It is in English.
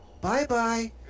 Bye-bye